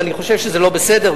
ואני חושב שזה לא בסדר,